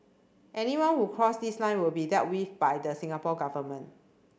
anyone who would cross this line will be dealt with by the Singapore Government